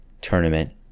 tournament